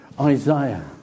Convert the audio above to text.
Isaiah